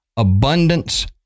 abundance